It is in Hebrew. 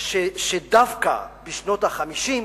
שדווקא בשנות ה-50,